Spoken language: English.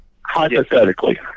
hypothetically